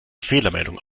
fehlermeldung